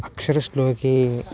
अक्षरश्लोकी